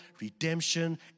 redemption